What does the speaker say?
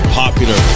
popular